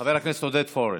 חבר הכנסת עודד פורר,